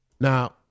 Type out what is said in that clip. Now